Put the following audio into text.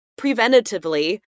preventatively